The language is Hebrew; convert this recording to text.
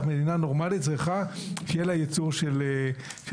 מדינה נורמלית צריכה שיהיה לה יצור חלב.